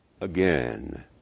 again